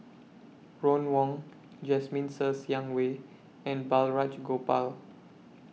Ron Wong Jasmine Ser Xiang Wei and Balraj Gopal